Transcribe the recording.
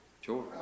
Sure